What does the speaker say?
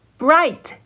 bright